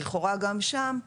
לכאורה גם שם,